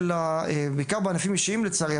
בעיקר בענפים האישיים לצערי,